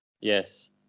Yes